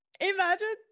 imagine